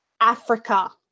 Africa